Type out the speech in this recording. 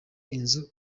inzu